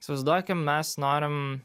įsivaizduokim mes norim